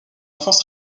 enfance